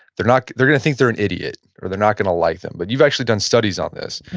they're not, they're gonna think they're an idiot or they're not gonna like them, but you've actually done studies on this